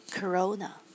Corona